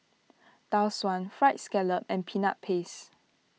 Tau Suan Fried Scallop and Peanut Paste